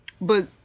But-